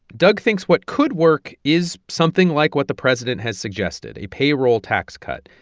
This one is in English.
doug thinks what could work is something like what the president has suggested, a payroll tax cut.